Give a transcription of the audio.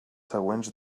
següents